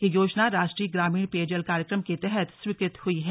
यह योजना राष्ट्रीय ग्रामीण पेयजल कार्यक्रम के तहत स्वीकृत हुई है